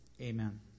Amen